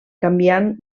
canviant